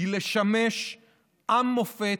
הם לשמש עם מופת,